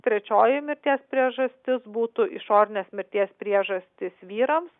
trečioji mirties priežastis būtų išorinės mirties priežastys vyrams